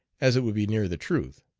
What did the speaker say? as it would be nearer the truth.